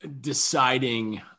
deciding